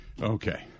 Okay